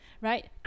right